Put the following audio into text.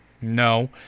no